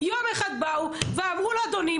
יום אחד באו ואמרו לו אדוני,